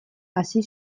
hasi